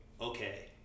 okay